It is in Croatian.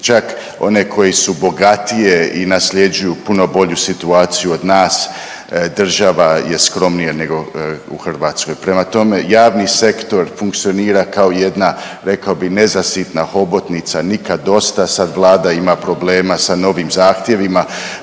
Čak one koje su bogatije i nasljeđuju puno bolju situaciju od nas država je skromnija nego u Hrvatskoj. Prema tome, javni sektor funkcionira kao jedna rekao bih nezasitna hobotnica nikad dosta. Sad Vlada ima problema sa novim zahtjevima.